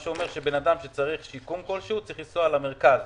זה אומר שאדם שצריך שיקום כלשהו צריך לנסוע למרכז.